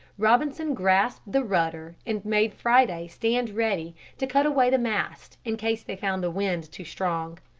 robinson grasped the rudder and made friday stand ready to cut away the mast in case they found the wind too strong.